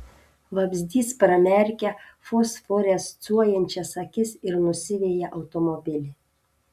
vabzdys pramerkia fosforescuojančias akis ir nusiveja automobilį